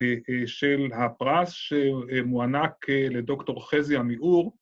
‫של הפרס שמוענק לדוקטור חזי עמיגור.